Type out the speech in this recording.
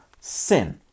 sin